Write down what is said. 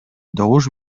добуш